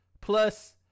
plus